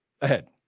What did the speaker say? ahead